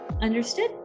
Understood